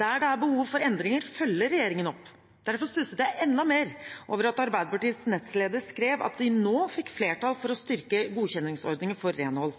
Der det er behov for endringer, følger regjeringen opp. Derfor stusset jeg enda mer over at Arbeiderpartiets nestleder skrev at de nå får flertall for å styrke godkjenningsordningen for renhold.